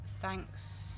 thanks